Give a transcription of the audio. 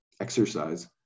exercise